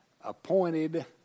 appointed